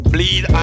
Bleed